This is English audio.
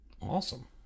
awesome